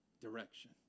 direction